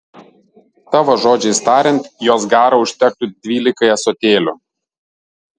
tavo žodžiais tariant jos garo užtektų dvylikai ąsotėlių